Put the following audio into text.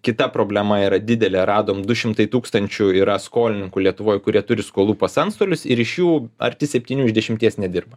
kita problema yra didelė radom du šimtai tūkstančių yra skolininkų lietuvoj kurie turi skolų pas antstolius ir iš jų arti septynių iš dešimties nedirba